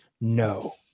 no